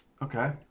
Okay